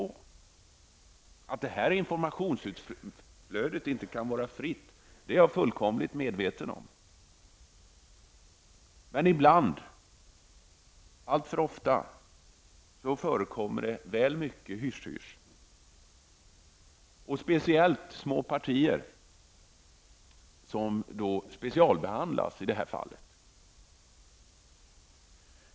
Jag är fullkomligt medveten om att informationsflödet inte kan vara fritt. Men ibland, alltför ofta, förekommer väl mycket hysch hysch. Det är särskilt små partier som specialbehandlas.